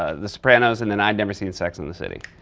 ah the sopranos and then i'd never seen sex and the city.